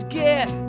get